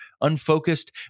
unfocused